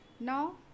Now